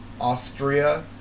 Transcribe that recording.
Austria